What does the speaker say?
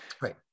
right